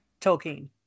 Tolkien